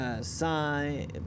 sign